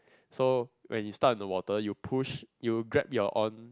so when you start in the water you push you grab your own